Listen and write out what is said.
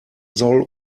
soll